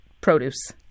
produce